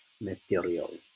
material